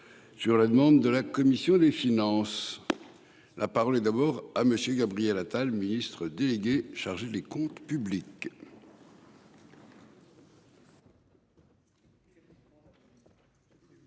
sur la demande de la commission des finances. La parole est d'abord à monsieur Gabriel Attal Ministre délégué chargé des Comptes publics.